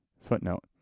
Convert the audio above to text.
Footnote